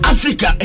Africa